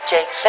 Jake